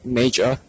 major